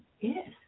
Yes